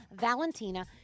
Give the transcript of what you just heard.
Valentina